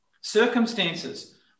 Circumstances